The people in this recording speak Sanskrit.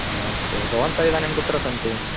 हा अस्तु भवन्तः इदानीं कुत्र सन्ति